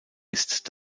ist